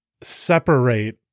separate